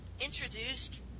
introduced